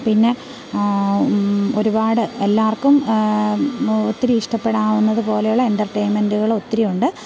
പിന്നെ ഒരുപാട് എല്ലാവര്ക്കും ഒത്തിരി ഇഷ്ടപ്പെടാവുന്നത് പോലെയുള്ള എന്റര്റ്റെയിൻമെൻ്റുകൾ ഒത്തിരിയുണ്ട്